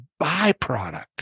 byproduct